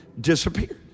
disappeared